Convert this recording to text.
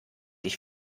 ich